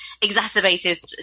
exacerbated